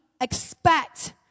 expect